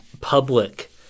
public